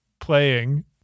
playing